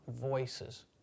voices